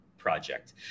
project